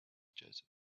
joseph